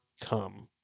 come